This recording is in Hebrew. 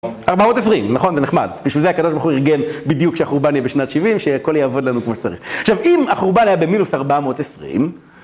ארבע מאות עשרים, נכון, זה נחמד, בשביל זה הקדוש ברוך הוא ארגן בדיוק כשהחורבן יהיה בשנת שבעים, שהכל יעבוד לנו כמו שצריך. עכשיו, אם החורבן היה במינוס ארבע מאות עשרים...